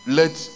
let